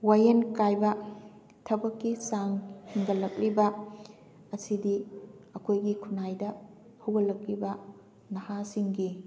ꯋꯥꯌꯦꯜ ꯀꯥꯏꯕ ꯊꯕꯛꯀꯤ ꯆꯥꯡ ꯍꯦꯟꯒꯠꯂꯛꯂꯤꯕ ꯑꯁꯤꯗꯤ ꯑꯩꯈꯣꯏꯒꯤ ꯈꯨꯅꯥꯏꯗ ꯍꯧꯒꯠꯂꯛꯂꯤꯕ ꯅꯍꯥꯁꯤꯡꯒꯤ